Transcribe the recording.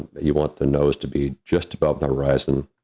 you want the nose to be just about the horizon,